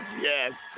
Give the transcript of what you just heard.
yes